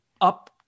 up